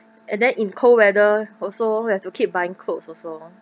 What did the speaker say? and then in cold weather also have to keep buying clothes also